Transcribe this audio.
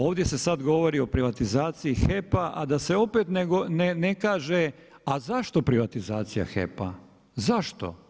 Ovdje se sad govori o privatizaciji HEP-a a da se opet ne kaže a zašto privatizacija HEP-a?